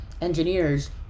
engineers